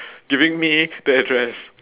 giving me the address